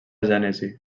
gènesi